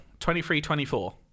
23-24